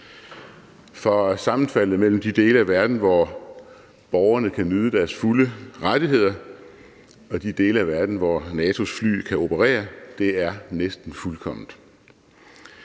for sammenfaldet mellem de dele af verden, hvor borgerne kan nyde deres fulde rettigheder, og de dele af verden, hvor NATO's fly kan operere, er næsten fuldkomment.